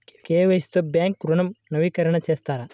KYC తో bank ఋణం నవీకరణ చేస్తారా?